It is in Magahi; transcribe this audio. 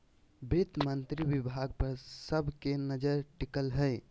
वित्त मंत्री विभाग पर सब के नजर टिकल हइ